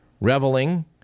reveling